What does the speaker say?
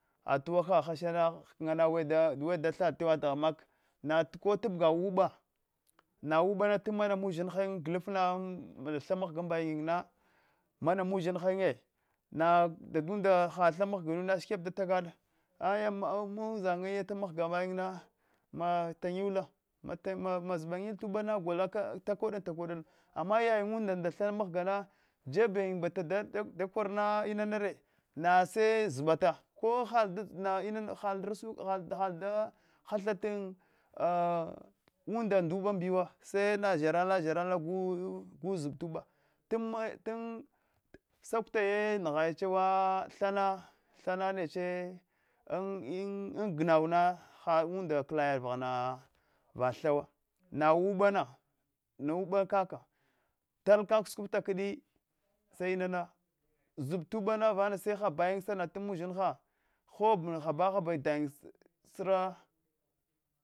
Tuwa hana hashana hkna lale da thad tawategha mak nako tap gaba uba na ubana temaya ughisha glfna anvla tha mghga mbayinna mana mun zhirhaye na dadunda ha tha inghginuna shikwat datakad aya ushinya yata mghga manyina matayula mazbayin ta uba gol takodan takodah amma naynida na tha mghgana jebiyin mbata da kor na inanare nase zbata kohal hal da hathata unda nda ubandiyuwa nase zharal zharal gu zba tu uba tun sakutaya nghar chewa thana thana neche an ina ghowna ha chula klada yad vaghoma tha wo na ubana na ube kaka tal kak sukuta kudi semi nana zub tu ubana vagha nana se habayin sana tun mana uzhinha hab hab hab dayin si- sira